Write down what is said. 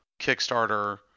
Kickstarter